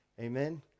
Amen